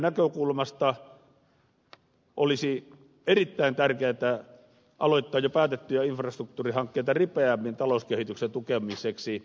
suhdannenäkökulmasta olisi erittäin tärkeätä aloittaa jo päätettyjä infrastruktuurihankkeita ripeämmin talouskehityksen tukemiseksi